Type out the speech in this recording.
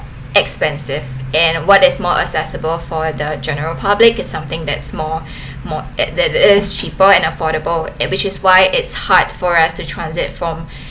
expensive and what is more accessible for the general public is something that more more th~ that is cheaper and affordable which is why it's hard for us to transit from